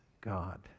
God